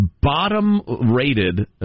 bottom-rated